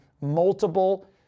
multiple